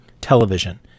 Television